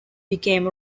became